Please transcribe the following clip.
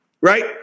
right